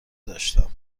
داشتم